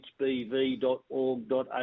hbv.org.au